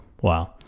Wow